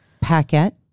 packet